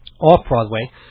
off-Broadway